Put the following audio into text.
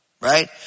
right